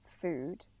Food